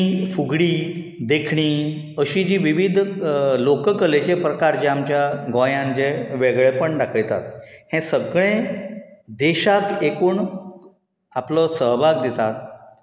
फुगडी देखणी अशीं जीं विवीध लोक कलेचे प्रकार जे आमच्या गोंयांत जे वेगळेपण दाखयतात हें सगळें देशाक एकूण आपलो सहभाग दितात